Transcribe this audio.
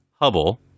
Hubble